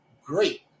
great